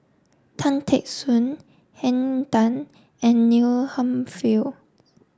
Tan Teck Soon Henn Tan and Neil